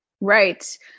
Right